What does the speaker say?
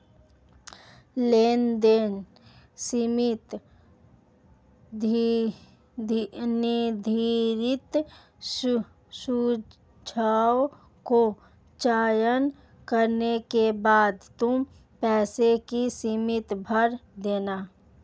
लेनदेन सीमा निर्धारित सुझाव को चयन करने के बाद तुम पैसों की सीमा भर देना